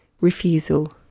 refusal